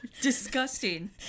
Disgusting